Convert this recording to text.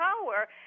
power